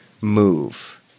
move